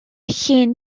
llun